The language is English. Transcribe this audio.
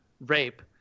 rape